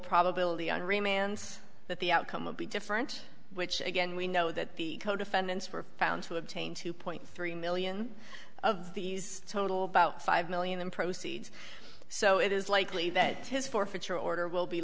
remand that the outcome will be different which again we know that the defendants were found to obtain two point three million of these total about five million proceeds so it is likely that his forfeiture order will be